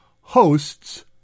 hosts